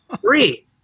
Three